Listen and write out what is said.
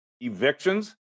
evictions